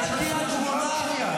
יש לך זכות תגובה עוד שנייה,